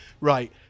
right